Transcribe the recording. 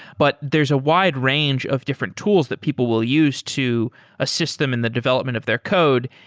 but there's a wide-range of different tools that people will use to assist them in the development of their code.